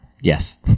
Yes